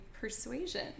Persuasion